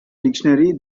dictionary